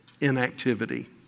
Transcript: inactivity